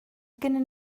gennym